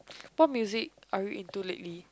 what music are you into lately